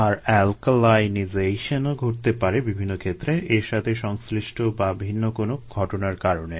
আর alkalinization ও ঘটতে পারে বিভিন্ন ক্ষেত্রে এর সাথে সংশ্লিষ্ট বা ভিন্ন কোনো ঘটনার কারণে